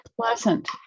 pleasant